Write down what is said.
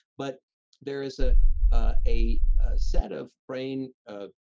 but there is ah ah a set of brain, ah